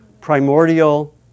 primordial